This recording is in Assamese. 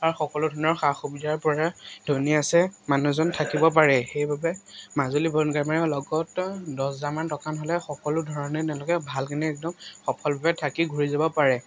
আৰু সকলো ধৰণৰ সা সুবিধাৰ পৰা ধুনীয়াচে মানুহজন থাকিব পাৰে সেইবাবে মাজুলী লগত দছ হাজাৰমান টকা হ'লে সকলো ধৰণে তেওঁলোকে ভালকেনে একদম সফলভাৱে থাকি ঘূৰি যাব পাৰে